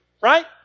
right